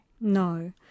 No